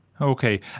Okay